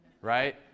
right